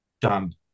done